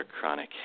chronic